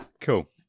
Cool